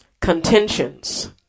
contentions